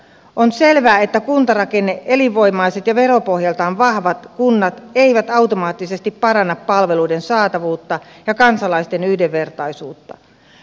on selvää että elinvoimaiset ja veropohjaltaan vahvat kunnat eivät automaattisesti paranna palveluiden saatavuutta ja kansalaisten yhdenvertaisuutta